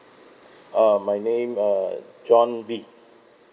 um my name uh john lee